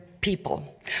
people